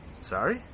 Sorry